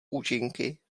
účinky